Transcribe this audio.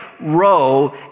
row